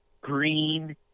green